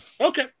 Okay